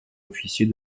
officier